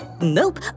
Nope